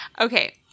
Okay